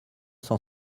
cent